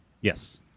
Yes